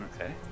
Okay